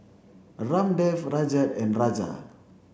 Ramdev Rajat and Raja